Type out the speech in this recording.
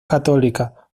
católica